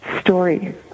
story